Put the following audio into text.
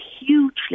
hugely